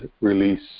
release